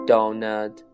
Donut